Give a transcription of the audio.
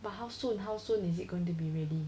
but how soon how soon is it going to be ready